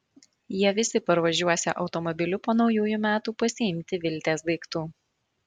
jie visi parvažiuosią automobiliu po naujųjų metų pasiimti viltės daiktų